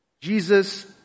Jesus